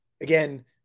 again –